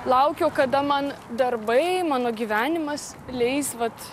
laukiau kada man darbai mano gyvenimas leis vat